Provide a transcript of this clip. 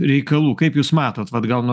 reikalų kaip jūs matot vat gal nuo